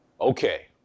Okay